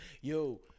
Yo